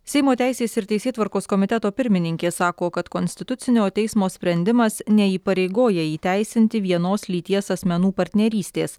seimo teisės ir teisėtvarkos komiteto pirmininkė sako kad konstitucinio teismo sprendimas neįpareigoja įteisinti vienos lyties asmenų partnerystės